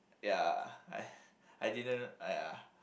ya I I didn't !aiya!